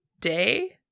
day